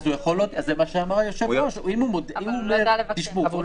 אבל אז הרשם לא